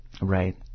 Right